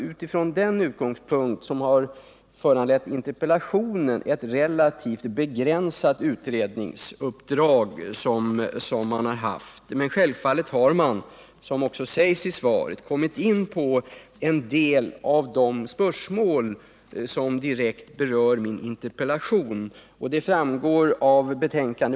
Sett från utgångspunkterna för interpellationen är det alltså ett relativt begränsat uppdrag som brandriskutredningen haft, men självfallet har utredningen — det sägs också i interpellationssvaret — kommit in på en del av de spörsmål som min interpellation direkt berör.